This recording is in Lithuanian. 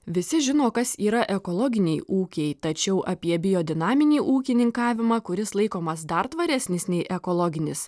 visi žino kas yra ekologiniai ūkiai tačiau apie biodinaminį ūkininkavimą kuris laikomas dar tvaresnis nei ekologinis